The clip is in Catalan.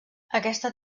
aquesta